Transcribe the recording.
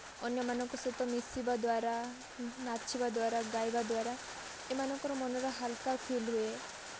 ଅନ୍ୟମାନଙ୍କ ସହିତ ମିଶିବା ଦ୍ଵାରା ନାଚିବା ଦ୍ଵାରା ଗାଇବା ଦ୍ଵାରା ଏମାନଙ୍କର ମନର ହାଲ୍କା ଫିଲ୍ ହୁଏ